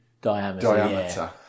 diameter